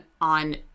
on